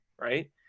Right